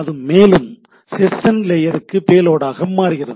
அது மேலும் செசன் லேயருக்கு பேலோடாக மாறுகிறது